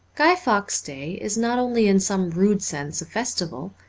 guy fawkes' day is not only in some rude sense a festival,